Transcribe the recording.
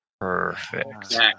Perfect